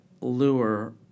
lure